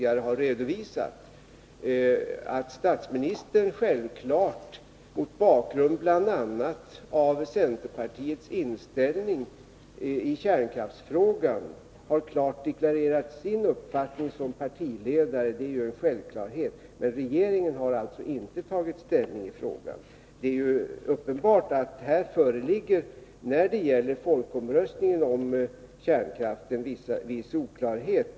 Att statsministern mot bakgrund av bl.a. centerpartiets inställning i kärnkraftsfrågan klart har deklarerat sin uppfattning som partiledare är ju en självklarhet, men regeringen har inte tagit ställning i frågan. Det är uppenbart att det när det gäller folkomröstningen om kärnkraften föreligger vissa oklarheter.